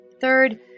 Third